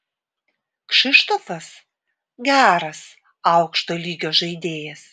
kšištofas geras aukšto lygio žaidėjas